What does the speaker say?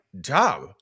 job